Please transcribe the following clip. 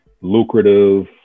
lucrative